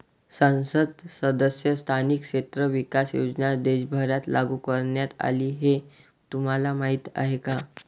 संसद सदस्य स्थानिक क्षेत्र विकास योजना देशभरात लागू करण्यात आली हे तुम्हाला माहीत आहे का?